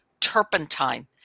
Turpentine